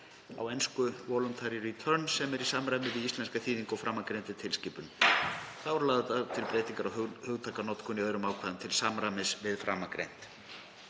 (e. voluntary return) sem er í samræmi við íslenska þýðingu á framangreindri tilskipun. Þá eru lagðar til breytingar á hugtakanotkun í öðrum ákvæðum til samræmis við framangreint.“